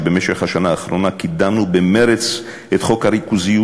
במשך השנה האחרונה קידמנו במרץ את חוק הריכוזיות,